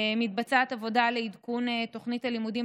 מתבצעת עבודה לעדכון תוכנית הלימודים